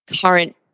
current